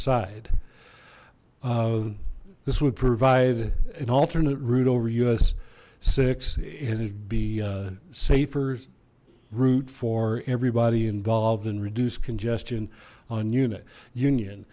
side this would provide an alternate route over us six and it'd be safer route for everybody involved and reduced congestion on unit union